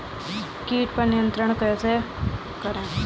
कीट पर नियंत्रण कैसे करें?